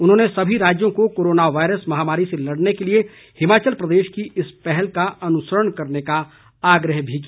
उन्होंने सभी राज्यों को कोरोना वायरस महामारी से लड़ने के लिए हिमाचल प्रदेश की इस पहल का अनुसरण करने का आग्रह भी किया